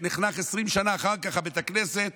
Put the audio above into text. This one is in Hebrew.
שבו נחנך 20 שנה אחר כך בית הכנסת,